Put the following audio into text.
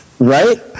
Right